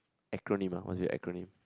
acronym ah must be acronym